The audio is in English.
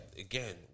again